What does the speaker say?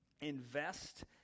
invest